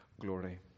glory